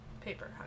Paper